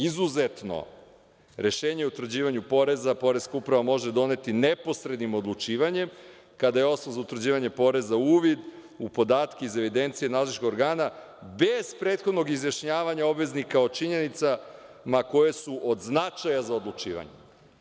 Izuzetno, rešenje o utvrđivanju poreza, poreska uprava može doneti neposrednim odlučivanjem, kada je osnov za utvrđivanje poreza uvid u podatke iz evidencije nadležnih organa bez prethodnog izjašnjavanja obveznika o činjenicama koje su od značaja za odlučivanje“